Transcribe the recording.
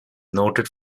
noted